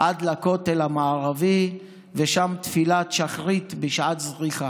עד לכותל המערבי, ושם תפילת שחרית בשעת זריחה.